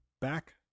back